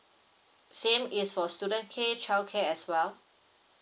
same is for student pay childcare as well